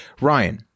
Ryan